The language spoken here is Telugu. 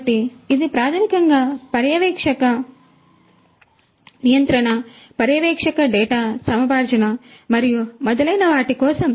కాబట్టి ఇది ప్రాథమికంగా పర్యవేక్షక నియంత్రణ పర్యవేక్షక డేటా సముపార్జన మరియు మొదలైన వాటి కోసం